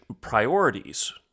priorities